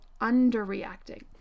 underreacting